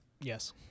Yes